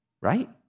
right